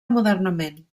modernament